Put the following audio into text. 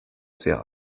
sehr